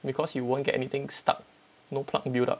because you won't get anything stuck no plaque build up